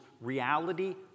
reality